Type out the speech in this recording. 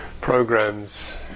programs